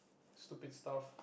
stupid stuff